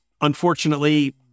unfortunately